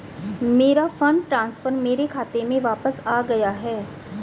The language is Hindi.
मेरा फंड ट्रांसफर मेरे खाते में वापस आ गया है